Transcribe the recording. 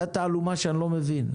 זאת תעלומה שאני לא מבין.